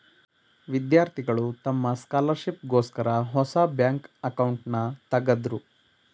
ವಿದ್ಯಾರ್ಥಿಗಳು ತಮ್ಮ ಸ್ಕಾಲರ್ಶಿಪ್ ಗೋಸ್ಕರ ಹೊಸ ಬ್ಯಾಂಕ್ ಅಕೌಂಟ್ನನ ತಗದ್ರು